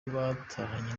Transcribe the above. yatahanye